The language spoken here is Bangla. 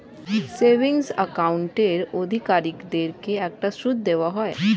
সেভিংস অ্যাকাউন্টের অধিকারীদেরকে একটা সুদ দেওয়া হয়